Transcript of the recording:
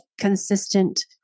consistent